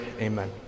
Amen